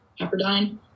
Pepperdine